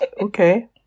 okay